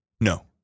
No